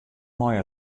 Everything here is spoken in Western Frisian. meie